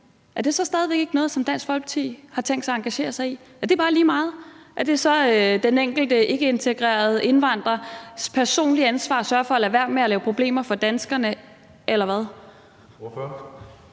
er det så stadig væk ikke noget, som Dansk Folkeparti har tænkt sig at engagere sig i? Er det bare lige meget? Er det så den enkelte ikkeintegrerede indvandrers personlige ansvar at sørge for at lade være med at lave problemer for danskerne eller hvad?